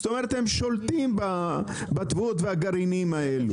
זאת אומרת, הם שולטים בתבואות והגרעינים האלו.